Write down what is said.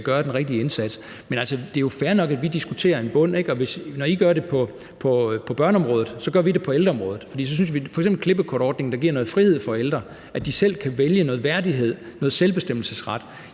at gøre den rigtige indsats. Men det er jo fair nok, at vi diskuterer en bund, og hvor I gør det på børneområdet, så gør vi det på ældreområdet. F.eks. er der klippekortordningen, der giver noget frihed for ældre, så de kan have den værdighed, at de selv kan vælge